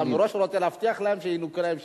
אתה מראש רוצה להבטיח להם שינוכה להם שליש.